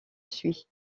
suit